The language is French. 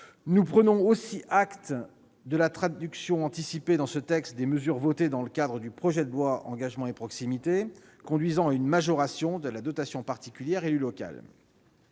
nous prenons acte de la traduction anticipée dans ce texte des mesures votées dans le cadre du projet de loi Engagement et proximité, conduisant à une majoration de la dotation particulière « élu local